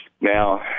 Now